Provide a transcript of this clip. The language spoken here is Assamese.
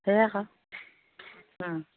সেয়া আকৌ